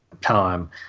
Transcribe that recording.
time